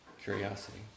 curiosity